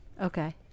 okay